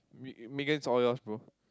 Me~ Megan's all yours bro